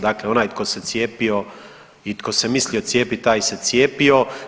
Dakle, onaj tko se cijepio i tko se mislio cijepiti taj se cijepio.